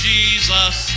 Jesus